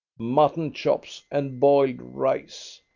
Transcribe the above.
mutton chops and boiled rice.